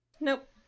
Nope